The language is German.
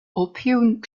opium